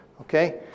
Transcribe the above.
okay